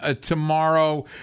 tomorrow